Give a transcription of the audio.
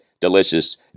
delicious